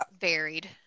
varied